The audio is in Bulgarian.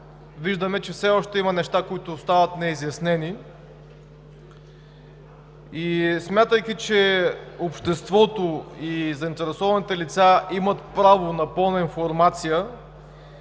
виждаме, че все още има неща, които остават неизяснени. Смятайки, че обществото и заинтересованите лица имат право на пълна информация,